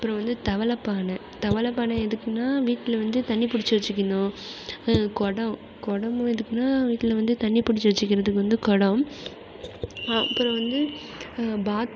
அப்புறம் வந்து தவலை பானை தவலை பானை எதுக்குனால் வீட்டில் வந்து தண்ணி புடிச்சு வச்சுக்கிணும் குடம் குடமு எதுக்குனால் வீட்டில் வந்து தண்ணி புடிச்சு வச்சுக்கிறதுக்கு வந்து குடம் அப்புறம் வந்து பாத்